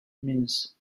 means